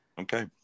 okay